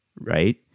right